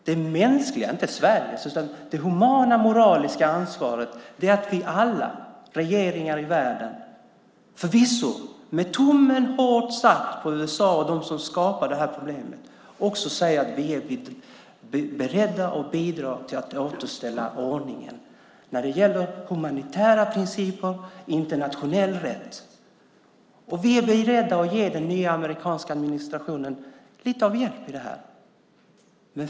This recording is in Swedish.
Det mänskliga, humana och moraliska ansvaret, inte svärdets, innebär att alla regeringar i världen, förvisso med tummen hårt satt på USA och dem som skapade det här problemet, säger att vi är beredda att bidra till att återställa ordningen när det gäller humanitära principer och internationell rätt. Vi är beredda att ge den nya amerikanska administrationen lite hjälp.